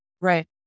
Right